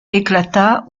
éclata